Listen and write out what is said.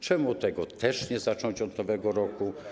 Czemu tego też nie zacząć od nowego roku?